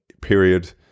period